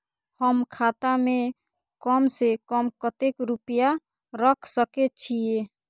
हम खाता में कम से कम कतेक रुपया रख सके छिए?